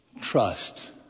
trust